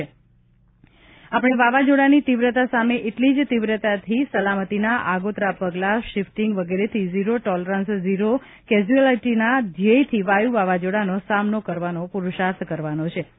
આપણે વાવાઝોડાની તીવ્રતા સામે એટલી જ તીવ્રતાથી સલામતીના આગોતરા પગલાં શિફટીગ વગેરેથી ઝિરો ટોલરન્સ ઝીરો કેઝયુઆલિટીના ધ્યેયથી વાયુ વાવાઝોડાનો સામનો કરવાનો પુરૂષાર્થ કરવાનો છે